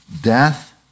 death